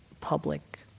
public